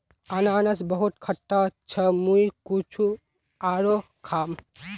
अनन्नास बहुत खट्टा छ मुई कुछू आरोह खाम